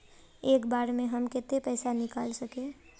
एक बार में हम केते पैसा निकल सके?